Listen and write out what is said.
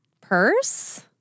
Purse